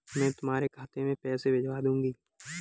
मैं तुम्हारे खाते में पैसे भिजवा दूँगी